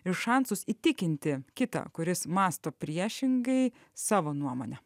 ir šansus įtikinti kitą kuris mąsto priešingai savo nuomonę